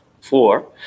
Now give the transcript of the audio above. four